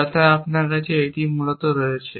যাতে আমাদের কাছে এটিই মূলত রয়েছে